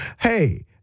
hey